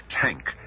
tank